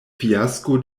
fiasko